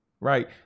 right